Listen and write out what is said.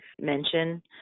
mention